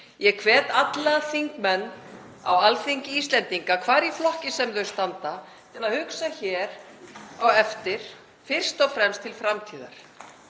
Ég hvet alla þingmenn á Alþingi Íslendinga, hvar í flokki sem þeir standa, til að hugsa hér á eftir fyrst og fremst til framtíðar,